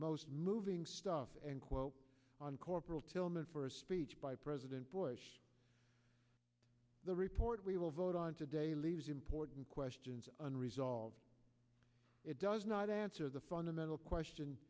most moving stuff and quote on corporal tillman for a speech by president bush the report we will vote on today leaves important questions unresolved it does not answer the fundamental question